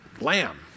lamb